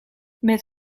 met